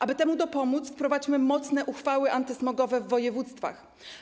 Aby temu dopomóc, wprowadźmy mocne uchwały antysmogowe w województwach.